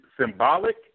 symbolic